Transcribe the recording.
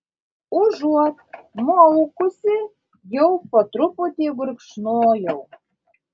užuot maukusi jau po truputį gurkšnojau